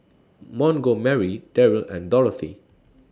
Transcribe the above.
Montgomery Deryl and Dorothy